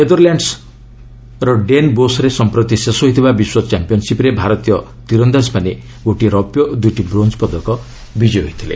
ନେଦରଲ୍ୟାଣ୍ଡସ୍ର ଡେନ୍ ବୋଷରେ ସମ୍ପ୍ରତି ଶେଷ ହୋଇଥିବା ବିଶ୍ୱ ଚାମ୍ପିୟନ୍ସିପ୍ରେ ଭାରତୀୟ ତୀରନ୍ଦାକ୍ମାନେ ଗୋଟିଏ ରୌପ୍ୟ ଓ ଦୁଇଟି ବ୍ରୋଞ୍ଜ ପଦକ ବିଜୟୀ ହୋଇଥିଲେ